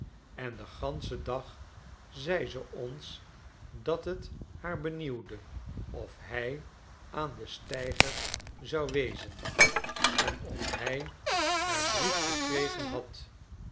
en den ganschen dag zei ze ons dat het haar benieuwde of hij aan den steiger zou wezen en of hij haar brief gekregen had